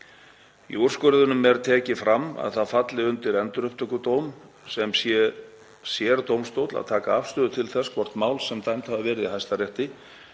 Í úrskurðinum er tekið fram að það falli undir Endurupptökudóm, sem sé sérdómstóll, að taka afstöðu til þess hvort mál sem dæmd hafi verið í Hæstarétti